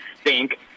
stink